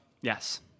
Yes